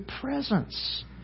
presence